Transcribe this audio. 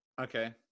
Okay